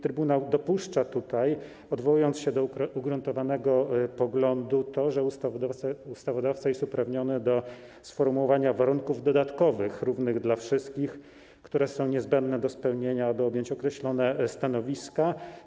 Trybunał dopuszcza tutaj, odwołując się do ugruntowanego poglądu, to, że ustawodawca jest uprawniony do sformułowania warunków dodatkowych równych dla wszystkich, które są niezbędne do spełnienia, aby objąć określone stanowiska.